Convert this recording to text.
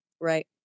Right